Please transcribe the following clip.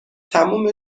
تموم